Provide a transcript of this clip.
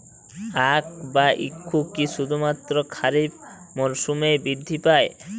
আখ বা ইক্ষু কি শুধুমাত্র খারিফ মরসুমেই বৃদ্ধি পায়?